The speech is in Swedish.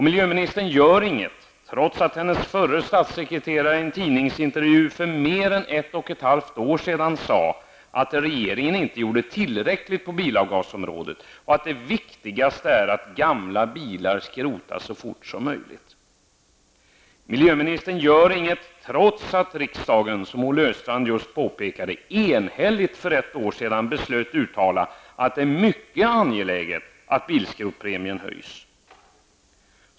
Miljöministern gör inget trots att riksdagen, som Olle Östrand påpekade, enhälligt för ett år sedan beslöt uttala att det är mycket angeläget att bilskrotpremien höjs.